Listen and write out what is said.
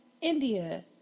India